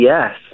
Yes